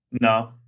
no